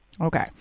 Okay